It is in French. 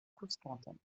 constantin